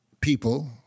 people